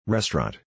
Restaurant